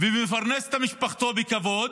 ומפרנס את משפחתו בכבוד,